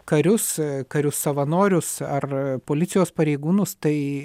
karius karius savanorius ar policijos pareigūnus tai